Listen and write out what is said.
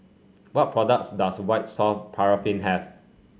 what products does White Soft Paraffin have